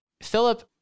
Philip